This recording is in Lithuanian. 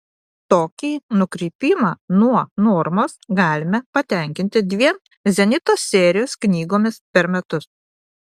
tokį nukrypimą nuo normos galime patenkinti dviem zenito serijos knygomis per metus